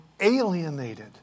alienated